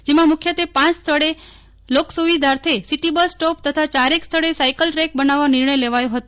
જેમાં મુખ્યત્વે પાંચ સ્થળે લોકસ્વવિધાર્થે સિટી બસ સ્ટોપ તથા ચારેક સ્થળે સાઈકલ ટ્રેક બનાવવા નિર્ણય લેવાયો હતો